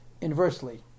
inversely